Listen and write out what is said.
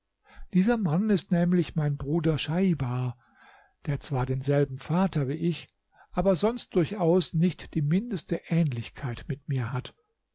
dieser mann ist nämlich mein bruder schaibar der zwar denselben vater wie ich aber sonst durchaus nicht die mindeste ähnlichkeit mit mir hat